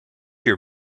your